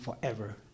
forever